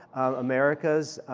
americas,